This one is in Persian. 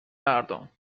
مردم